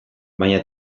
baina